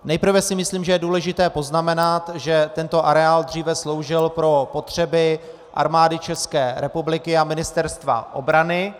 Nejprve si myslím, že je důležité poznamenat, že tento areál dříve sloužil pro potřeby Armády ČR a Ministerstva obrany.